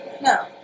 No